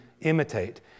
imitate